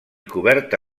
coberta